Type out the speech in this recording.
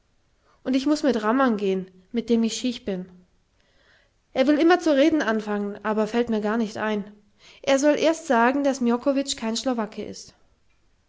und ich muß mit rammern gehn mit dem ich schiech bin er will immer zu reden anfangen aber fällt mir gar nicht ein er soll erst sagen daß miokowitsch kein schlowake ist